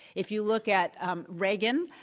if you look at um reagan,